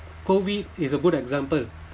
COVID is a good example